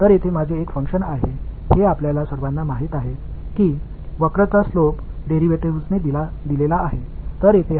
எனவே இங்கே ஒரு பங்க்ஷன் உள்ளது ஒரு வளைவுடன் உள்ள சாய்வு என்பது டிரைவேடிவ் ஆல் வழங்கப்படுகிறது என்பதை நாம் அனைவரும் அறிவோம்